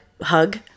hug